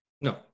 No